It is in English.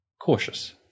Cautious